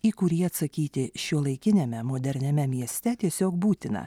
į kurį atsakyti šiuolaikiniame moderniame mieste tiesiog būtina